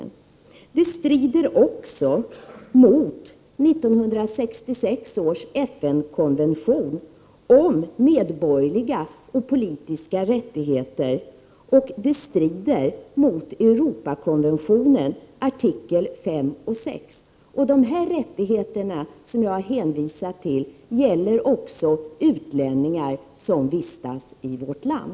Handläggningen av dessa terroristärenden strider också mot 1966 års FN-konvention om medborgerliga och politiska rättigheter, och den strider mot Europakonventionen, artikel 5 och 6. De rättigheter som jag här har hänvisat till gäller också utlänningar som vistas i vårt land.